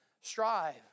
strive